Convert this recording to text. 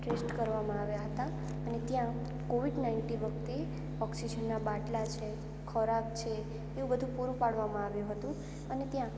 test કરવામાં આવ્યા હતા અને ત્યાં કોવિડ નાઇન્ટી વખતે ઓક્સિજનનાં બાટલાં છે ખોરાક છે એવું બધું પૂરું પાડવામાં આવ્યું હતું અને ત્યાં